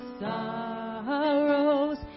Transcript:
sorrows